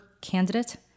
candidate